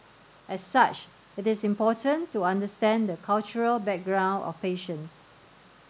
as such it is important to understand the cultural background of patients